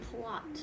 plot